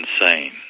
insane